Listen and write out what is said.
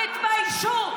תתביישו.